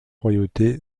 royauté